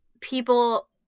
people